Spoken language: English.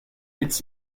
its